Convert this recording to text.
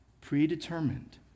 predetermined